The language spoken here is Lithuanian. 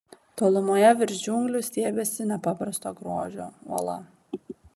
tolumoje virš džiunglių stiebėsi nepaprasto grožio uola